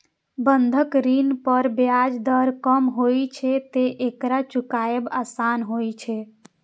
बंधक ऋण पर ब्याज दर कम होइ छैं, तें एकरा चुकायब आसान होइ छै